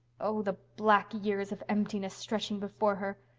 oh, the black years of emptiness stretching before her!